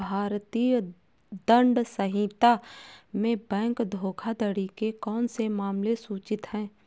भारतीय दंड संहिता में बैंक धोखाधड़ी के कौन से मामले सूचित हैं?